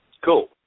Cool